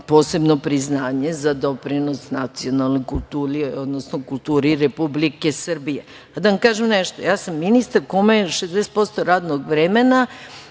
posebno priznanje za doprinos nacionalnoj kulturi Republike Srbije. Da vam kažem nešto, ja sam ministar koji 60% radnog vremena